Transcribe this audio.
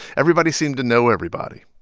everybody seemed to know everybody,